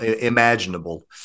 imaginable